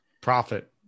Profit